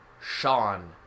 Sean